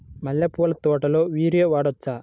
మల్లె పూల తోటలో యూరియా వాడవచ్చా?